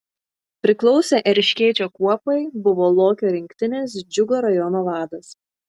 priklausė erškėčio kuopai buvo lokio rinktinės džiugo rajono vadas